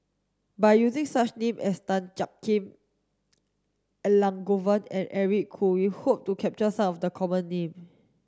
by using such name is Tan Jiak Kim Elangovan and Eric Khoo we hope to capture some of the common name